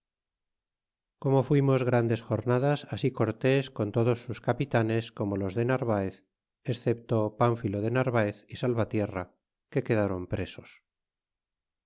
como fuimos grandes jornadas así corts con todos sus capitanes como todos los de narvaez excepto pmphilo de nan aez y salvatierri que quedaban presos